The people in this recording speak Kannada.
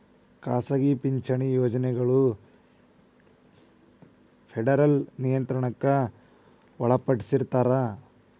ಖಾಸಗಿ ಪಿಂಚಣಿ ಯೋಜನೆಗಳ ಫೆಡರಲ್ ನಿಯಂತ್ರಣಕ್ಕ ಒಳಪಟ್ಟಿರ್ತದ